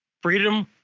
freedom